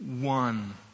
one